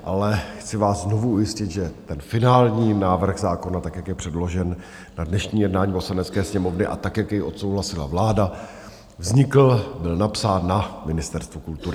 Ale chci vás znovu ujistit, že ten finální návrh zákona, tak jak je předložen na dnešní jednání Poslanecké sněmovny a tak jak jej odsouhlasila vláda, vznikl, byl napsán na Ministerstvu kultury.